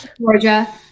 Georgia